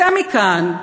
צא מכאן,